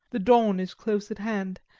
the dawn is close at hand,